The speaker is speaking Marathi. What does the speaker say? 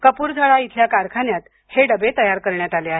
कपूरथळा इथल्या कारखान्यात हे डबे तयार करण्यात आले आहेत